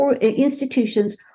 institutions